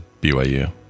BYU